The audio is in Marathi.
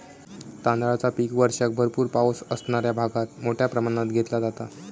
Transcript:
तांदळाचा पीक वर्षाक भरपूर पावस असणाऱ्या भागात मोठ्या प्रमाणात घेतला जाता